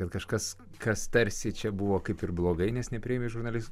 kad kažkas kas tarsi čia buvo kaip ir blogai nes nepriėmė į žurnalistų